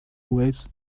with